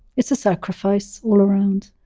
it's a sacrifice all around.